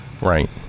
Right